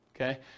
okay